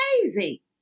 crazy